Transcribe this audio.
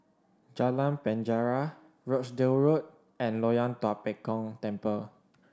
Jalan Penjara Rochdale Road and Loyang Tua Pek Kong Temple